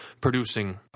producing